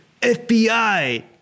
FBI